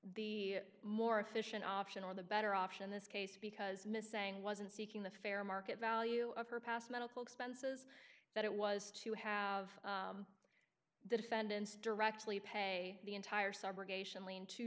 the more efficient option or the better option in this case because missing wasn't seeking the fair market value of her past medical expenses that it was to have the defendants directly pay the entire subrogation lien to